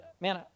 man